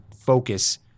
focus